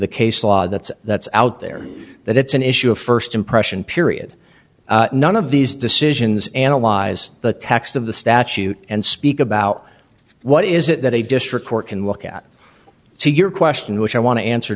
the case law that's that's out there that it's an issue of first impression period none of these decisions analyze the text of the statute and speak about what is it that a district court can look at so your question which i want to answer